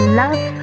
love